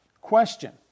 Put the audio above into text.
Question